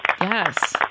Yes